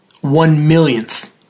one-millionth